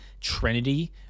Trinity